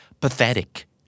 pathetic